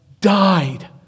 died